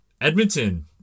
Edmonton